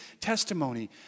testimony